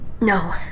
No